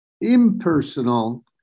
impersonal